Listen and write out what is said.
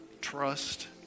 trust